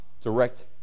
direct